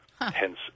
hence